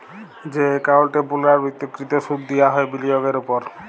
যে একাউল্টে পুর্লাবৃত্ত কৃত সুদ দিয়া হ্যয় বিলিয়গের উপর